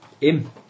Im